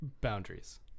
Boundaries